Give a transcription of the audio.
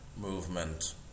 movement